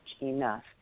enough